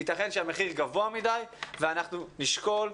יתכן שהמחיר גבוה מדי ואנחנו נשקול,